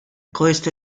größte